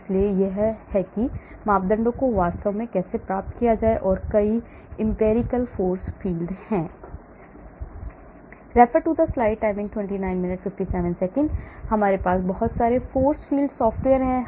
इसलिए यह है कि मापदंडों को वास्तव में कैसे प्राप्त किया जाता है कई empirical force field हैं बहुत सारे फोर्स फील्ड सॉफ्टवेयर हैं